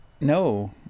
No